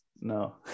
no